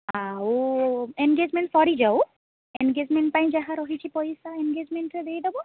ଆଉ ଏନ୍ଗେଜ୍ମେଣ୍ଟ୍ ସରିଯାଉ ଏନ୍ଗେଜ୍ମେଣ୍ଟ୍ ପାଇଁ ଯାହା ରହିଛି ପଇସା ଏନ୍ଗେଜ୍ମେଣ୍ଟ୍ରେ ଦେଇଦେବ